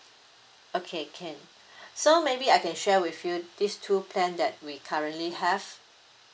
okay can so maybe I can share with you this two plan that we currently have